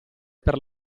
per